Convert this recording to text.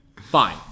Fine